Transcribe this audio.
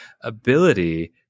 ability